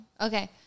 Okay